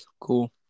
Cool